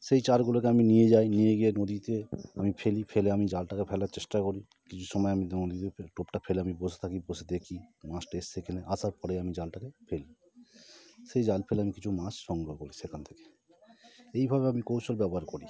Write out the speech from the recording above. সেই চারগুলোকে আমি নিয়ে যাই নিয়ে গিয়ে নদীতে আমি ফেলি ফেলে আমি জালটাকে ফেলার চেষ্টা করি যে সময় আমি ধরুন টোপটা ফেলে আমি বস থাকি বসে দেখি মাছটা এসসে কি না আসার পরে আমি জালটাকে ফেলি সেই জাল ফেলে আমি কিছু মাছ সংগ্রহ করি সেখান থেকে এইভাবে ভাবে আমি কৌশল ব্যবহার করি